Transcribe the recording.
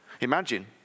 Imagine